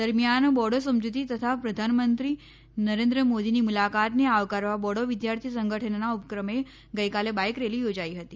દરમ્યાન બોડો સમજુતી તથા પ્રધાનમંત્રી નરેન્દ્ર મોદીની મુલાકાતને આવકારવા બોડો વિદ્યાર્થી સંગઠનના ઉપ ક્રમે ગઈકાલે બાઈક રેલી યોજાઈ હતી